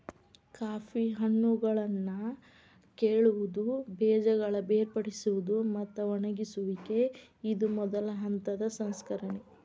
coffee ಹಣ್ಣುಗಳನ್ನಾ ಕೇಳುವುದು, ಬೇಜಗಳ ಬೇರ್ಪಡಿಸುವುದು, ಮತ್ತ ಒಣಗಿಸುವಿಕೆ ಇದು ಮೊದಲ ಹಂತದ ಸಂಸ್ಕರಣೆ